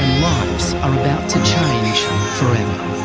lives are about to change forever.